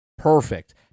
Perfect